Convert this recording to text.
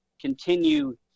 continue